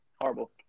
horrible